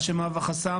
מה שמהווה חסם